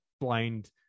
blind